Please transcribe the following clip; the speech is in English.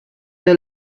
the